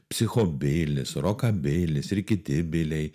psichobilis rokabilis ir kiti biliai